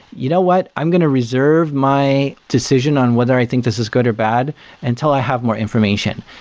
you know what? i'm going to reserve my decision on whether i think this is good or bad until i have more information,